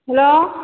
hello